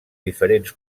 diferents